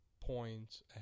points